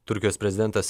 turkijos prezidentas